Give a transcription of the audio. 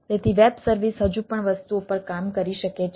તેથી web service હજુ પણ વસ્તુઓ પર કામ કરી શકે છે